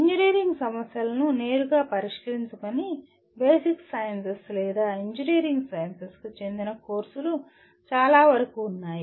engineering సమస్యలను నేరుగా పరిష్కరించని బేసిక్ సైన్సెస్ లేదా ఇంజనీరింగ్ సైన్సెస్కు చెందిన కోర్సులు చాలావరకు ఉన్నాయి